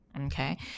Okay